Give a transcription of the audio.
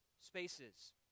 spaces